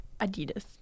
Adidas